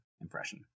impression